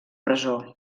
presó